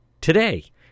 today